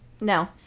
No